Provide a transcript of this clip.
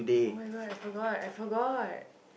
oh-my-god I forgot I forgot